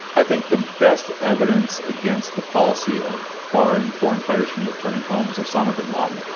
i think the best evidence against the policy of barring foreign fighters from returning home is osama bin laden.